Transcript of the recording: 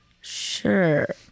Sure